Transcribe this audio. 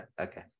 okay